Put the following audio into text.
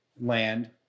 land